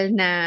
na